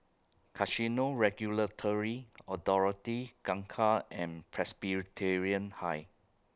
Casino Regulatory Authority Kangkar and Presbyterian High